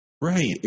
right